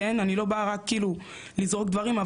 אני לא באה רק כאילו לזרוק דברים,